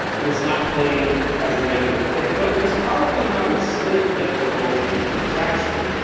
and it's not played as a negative thing. but it's probably not a mistake that the role was given to jackson,